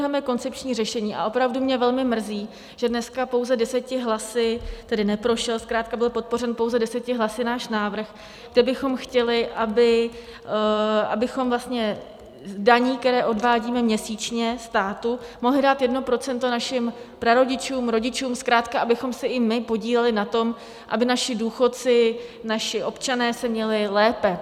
My navrhujeme koncepční řešení a opravdu mě velmi mrzí, že dneska pouze 10 hlasy tedy neprošel, zkrátka byl podpořen pouze 10 hlasy náš návrh, kde bychom chtěli, abychom vlastně z daní, které odvádíme měsíčně státu, mohli dát 1 % našim prarodičům, rodičům, zkrátka abychom se i my podíleli na tom, aby naši důchodci, naši občané se měli lépe.